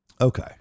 okay